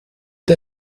der